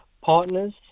partners